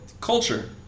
Culture